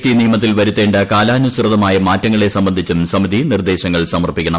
T നിയമത്തിൽ വരുത്തേണ്ട കാലാനുസൃതമായ മാറ്റങ്ങളെ സംബന്ധിച്ചും സമിതി നിർദ്ദേശങ്ങൾ സമർപ്പിക്കണം